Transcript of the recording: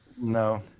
No